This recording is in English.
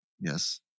Yes